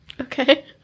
Okay